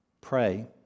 Pray